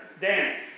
Dan